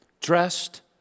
dressed